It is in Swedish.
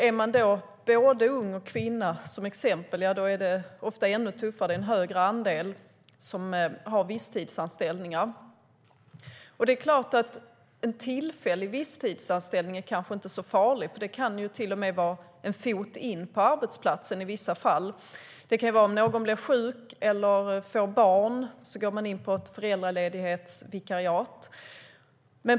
Är man då till exempel både ung och kvinna är det ofta ännu tuffare; där är det en högre andel som har visstidsanställningar. Det är klart att en tillfällig visstidsanställning kanske inte är så farlig. Det kan till och med vara en fot in på arbetsplatsen i vissa fall, till exempel om någon blir sjuk eller får barn och man går in på ett föräldraledighetsvikariat.